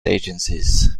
agencies